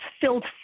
filled